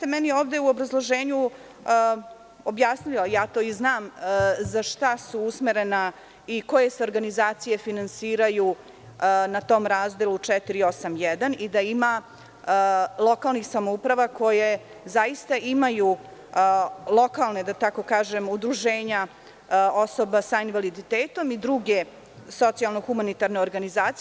U obrazloženju ste objasnili, a to i znam za šta su usmerena i koje se organizacije finansiraju na tom razdelu 481 i da ima lokalnih samouprava koje zaista imaju lokalna udruženja osoba sa invaliditetom i druge socijalno humanitarne organizacije.